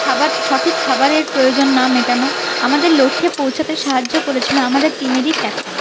খাবার সঠিক খাবারের প্রয়োজন না মেটানো আমাদের লক্ষ্যে পৌঁছতে সাহায্য করেছিলো আমাদের টিমেরই ক্যাপ্টেন